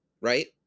right